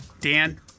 Dan